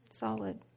solid